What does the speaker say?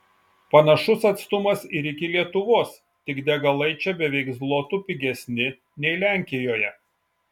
panašus atstumas ir iki lietuvos tik degalai čia beveik zlotu pigesni nei lenkijoje